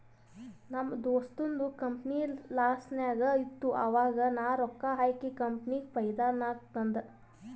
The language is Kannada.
ನಮ್ ದೋಸ್ತದು ಕಂಪನಿ ಲಾಸ್ನಾಗ್ ಇತ್ತು ಆವಾಗ ನಾ ರೊಕ್ಕಾ ಹಾಕಿ ಕಂಪನಿಗ ಫೈದಾ ನಾಗ್ ತಂದ್